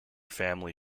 family